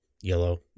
yellow